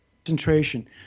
concentration